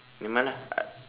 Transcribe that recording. nevermind lah I